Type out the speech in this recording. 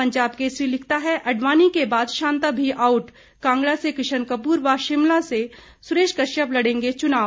पंजाब केसरी लिखता है अडवानी के बाद शांता भी आउट कांगड़ा से किशन कपूर व शिमला से सुरेश कश्यप लड़ेंगे चुनाव